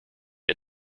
der